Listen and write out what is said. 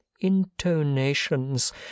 intonations